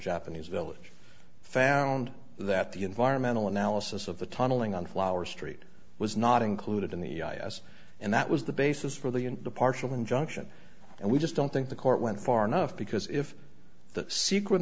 japanese village found that the environmental analysis of the tunneling on flower street was not included in the us and that was the basis for the in the partial injunction and we just don't think the court went far enough because if the secret